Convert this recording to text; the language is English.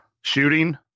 shooting